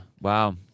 wow